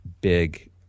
big